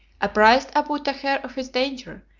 apprised abu taher of his danger,